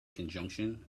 conjunction